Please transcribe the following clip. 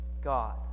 God